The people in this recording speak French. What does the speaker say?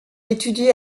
étudie